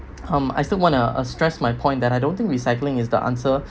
um I still wanna uh stress my point that I don't think recycling is the answer